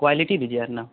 quality दीजिए वरना